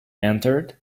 entered